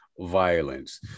violence